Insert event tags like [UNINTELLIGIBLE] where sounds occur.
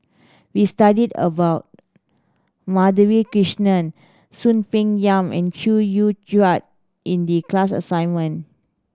we studied about Madhavi Krishnan Soon Peng Yam and Chew Joo [UNINTELLIGIBLE] in the class assignment